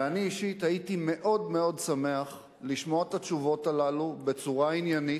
ואני אישית הייתי מאוד מאוד שמח לשמוע את התשובות הללו בצורה עניינית,